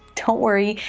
don't worry,